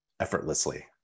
effortlessly